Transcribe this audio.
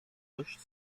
dość